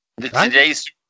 Today's